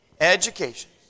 Education